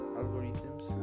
algorithms